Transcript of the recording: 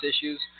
issues